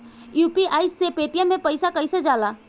UPI से Paytm मे पैसा कइसे जाला?